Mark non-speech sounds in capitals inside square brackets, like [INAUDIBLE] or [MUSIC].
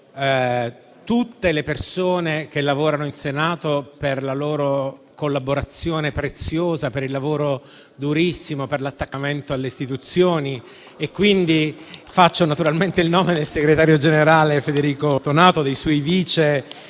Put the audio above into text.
ringraziando tutte le persone che lavorano in Senato per la loro collaborazione preziosa, per il lavoro durissimo e per l'attaccamento alle istituzioni. [APPLAUSE] Faccio naturalmente il nome del segretario generale Federico Toniato e dei suoi vice